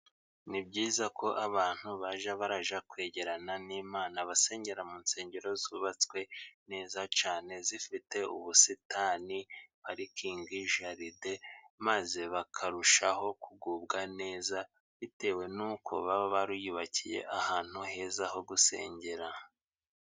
Ni byiza ko abantu bajya barajya kwegerana n'Imana basengera mu nsengero zubatswe neza cyane zifite ubusitani parikingi jaride maze bakarushaho kugubwa neza bitewe n'uko baba bariyubakiye ahantu heza ho gusengera.